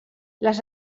les